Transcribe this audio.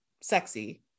sexy